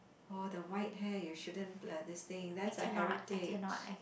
oh the white hair you shouldn't thing that's a heritage